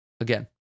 Again